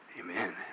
Amen